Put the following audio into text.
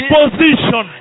position